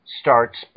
starts